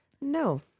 No